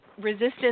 resistance